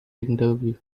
interview